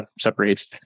separates